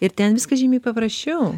ir ten viskas žymiai paprasčiau